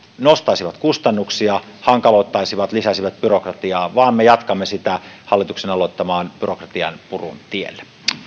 nostaisivat kustannuksia hankaloittaisivat ja lisäisivät byrokratiaa vaan että me jatkamme hallituksen aloittamalla byrokratianpurun tiellä